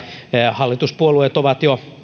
hallituspuolueet ovat jo